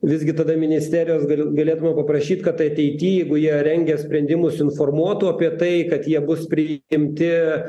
visgi tada ministerijos gal galėtume paprašyt kad ateity jeigu jie rengia sprendimus informuotų apie tai kad jie bus priimti